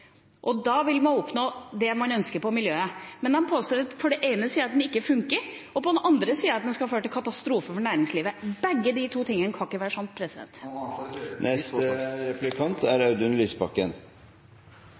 og da vil man oppnå det man ønsker for miljøet. Men man påstår på den ene sida at den ikke funker og på den andre sida at det vil føre til katastrofe for næringslivet. Begge de to tingene kan ikke være sant. Representanten Skei Grande er